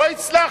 לא הצלחתי,